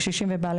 קשישים ובעלי